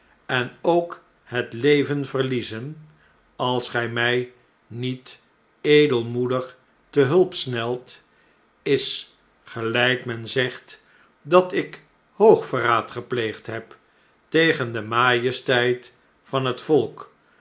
en ook het leven verliezen als gjj rmj niet edelmoedig ter hulp snelt is geljjk men zegt dat ik hoogverraad gepleegd heb tegen de majesteit van het volk